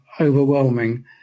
overwhelming